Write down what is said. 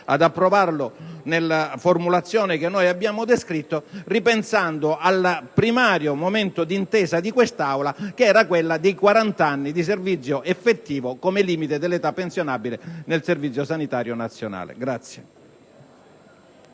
ad approvarlo nella formulazione che abbiamo descritto, ripensando all'originario momento di intesa di quest'Aula, che era sui 40 anni di servizio effettivo come limite dell'età pensionabile per i medici del Servizio sanitario nazionale.